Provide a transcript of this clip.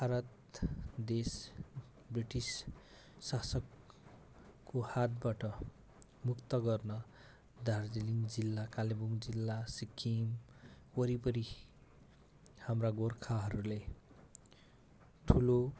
भारत देश ब्रिटिस शासकको हातबाट मुक्त गर्न दार्जिलिङ जिल्ला कालेबुङ जिल्ला सिक्किम वरिपरि हाम्रा गोर्खाहरूले ठुलो